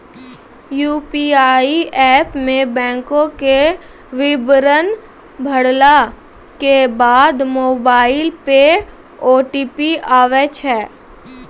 UPI app मे बैंको के विबरण भरला के बाद मोबाइल पे ओ.टी.पी आबै छै